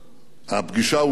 הפגישה אושרה,